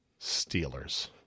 Steelers